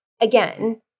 again